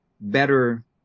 better